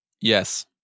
Yes